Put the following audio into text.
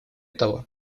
того